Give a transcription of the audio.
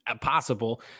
possible